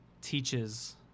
teaches